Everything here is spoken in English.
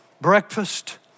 breakfast